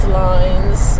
lines